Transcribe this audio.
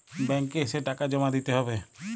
Bank এ এসে টাকা জমা দিতে হবে?